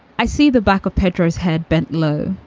i see the back of pedro's head, benlolo,